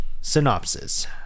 synopsis